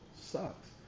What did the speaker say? sucks